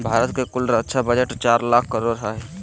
भारत के कुल रक्षा बजट चार लाख करोड़ हय